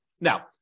Now